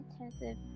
intensive